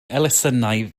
elusennau